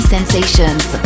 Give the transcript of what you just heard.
sensations